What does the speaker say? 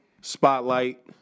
Spotlight